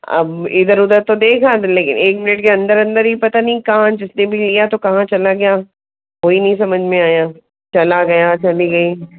अब इधर उधर तो देखा लेकिन एक मिनिट के अंदर अंदर ही पता नहीं कहाँ जिसने भी लिया तो कहाँ चला गया वोही नहीं समझ में आया चला गया चली गई